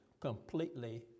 completely